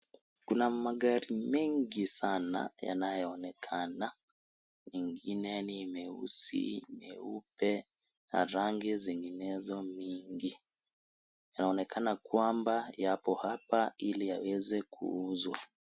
Kuna magari mengi sana yanayoonekana. Mengine ni meusi, meupe, na rangi zinginezo mingi. Yanaonekana kwamba yapo hapa ili yaweze kuuzwa.